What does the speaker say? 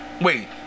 Wait